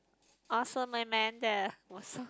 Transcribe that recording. awesome Amanda it was so